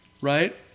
right